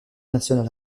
naturel